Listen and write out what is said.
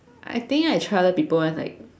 I think I tried other people one like